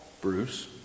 Bruce